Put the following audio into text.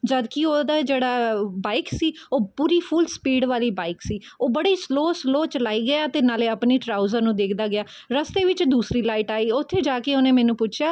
ਜਦ ਕਿ ਉਹਦਾ ਜਿਹੜਾ ਬਾਈਕ ਸੀ ਉਹ ਪੂਰੀ ਫੁੱਲ ਸਪੀਡ ਵਾਲੀ ਬਾਈਕ ਸੀ ਉਹ ਬੜੇ ਹੀ ਸਲੋਅ ਸਲੋਅ ਚਲਾਈ ਗਿਆ ਅਤੇ ਨਾਲ਼ ਆਪਣੀ ਟਰਾਊਜ਼ਰ ਨੂੰ ਦੇਖਦਾ ਗਿਆ ਰਸਤੇ ਵਿੱਚ ਦੂਸਰੀ ਲਾਈਟ ਆਈ ਉੱਥੇ ਜਾ ਕੇ ਉਹਨੇ ਮੈਨੂੰ ਪੁੱਛਿਆ